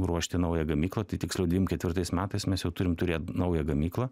ruošti naują gamyklą tai tiksliau dvim ketvirtais metais mes jau turim turėt naują gamyklą